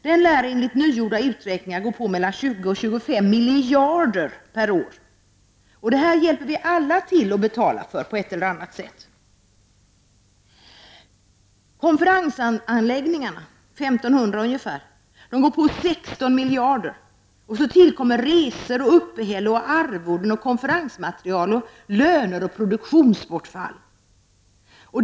Den lär enligt nygjorda uträkningar omsätta mellan 20 och 25 miljarder per år, och detta hjälper vi alla till att betala för på ett eller annat sätt. Konferensanläggningarna, omkring 1500, omsätter ungefär 16 miljarder. Så tillkommer resor och uppehälle, arvoden, konferensmaterial, löner och produktionsbortfall.